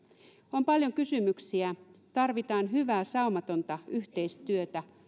on paljon kysymyksiä tarvitaan hyvää saumatonta yhteistyötä